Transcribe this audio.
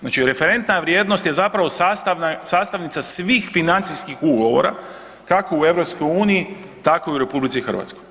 Znači referentna vrijednost je zapravo sastavnica svih financijskih ugovora, kako u EU, tako i u RH.